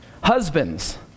Husbands